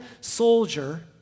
soldier